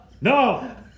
No